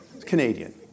Canadian